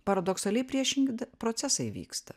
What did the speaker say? paradoksaliai priešingi procesai vyksta